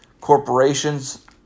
corporations